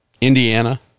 Indiana